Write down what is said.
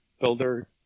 builder